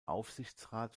aufsichtsrat